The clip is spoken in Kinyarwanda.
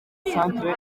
centre